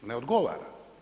Ne odgovara.